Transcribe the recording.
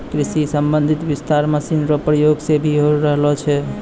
कृषि संबंधी विस्तार मशीन रो प्रयोग से भी होय रहलो छै